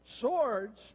swords